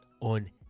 on